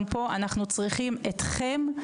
גם פה אנחנו צריכים אתכם.